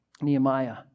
Nehemiah